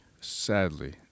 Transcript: Sadly